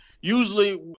usually